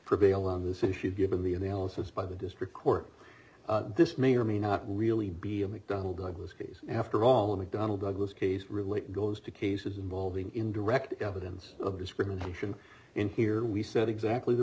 prevail on this issue given the analysis by the district court this may or may not really be a mcdonnell douglas case after all of the donald douglas case really goes to cases involving indirect evidence of discrimination in here we said exactly the